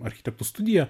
architektų studija